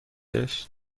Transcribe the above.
گشت